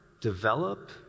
develop